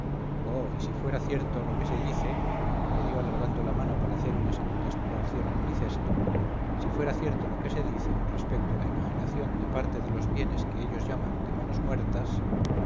oh y si fuera cierto lo que se dice añadió alargando la mano para hacer segunda exploración en mi cesto si fuera cierto lo que se dice respecto a la enajenación de parte de los bienes que ellos llaman de manos muertas